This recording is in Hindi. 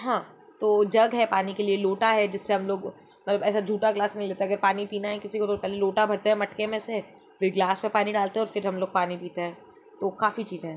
हाँ तो जग है पानी के लिए लोटा है जिससे हम लोग ऐसा जूठा ग्लास नहीं लेते अगर पानी पीना है किसी को तो पहले लोटा भरते हैं मटके में से फिर ग्लास में पानी डालते हैं और फिर हम लोग पानी पीते हैं तो काफ़ी चीज़ें हैं